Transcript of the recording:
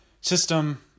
system